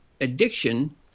addiction